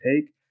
take